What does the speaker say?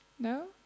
No